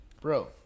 Bro